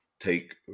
Take